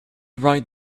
right